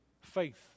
faith